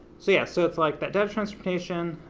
so yeah, so it's like that data transportation,